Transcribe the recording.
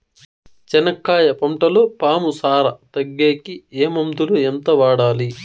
చెనక్కాయ పంటలో పాము సార తగ్గేకి ఏ మందులు? ఎంత వాడాలి?